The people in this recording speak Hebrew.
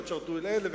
ולא תשרתו עם אלה,